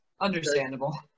understandable